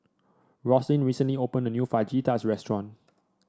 Roslyn recently opened a new Fajitas restaurant